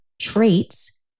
traits